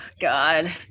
God